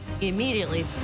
immediately